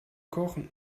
kochen